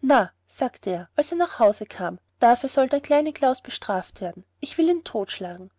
na sagte er als er nach hause kam dafür soll der kleine klaus bestraft werden ich will ihn totschlagen